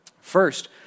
First